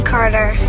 Carter